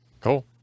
cool